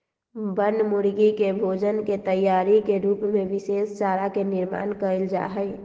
बनमुर्गी के भोजन के तैयारी के रूप में विशेष चारा के निर्माण कइल जाहई